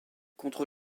contre